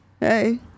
Hey